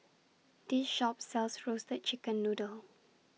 This Shop sells Roasted Chicken Noodle